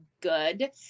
good